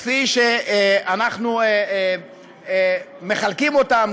כפי שאנחנו מחלקים אותן,